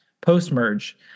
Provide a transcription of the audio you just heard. post-merge